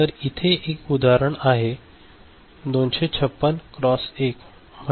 तर इथे असे एक उदाहरण आहे 256 क्रॉस 1